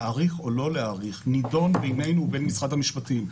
הנושא אם להאריך או לא להאריך נדון בינינו ובין משרד המשפטים.